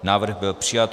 Návrh byl přijat.